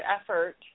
effort